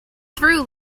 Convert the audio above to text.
through